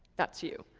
that's you.